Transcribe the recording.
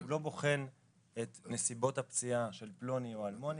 הוא לא בוחן את נסיבות הפציעה של פלוני או אלמוני